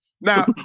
Now